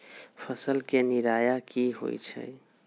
फसल के निराया की होइ छई?